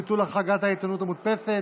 ביטול החרגת העיתונות המודפסת),